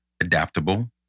adaptable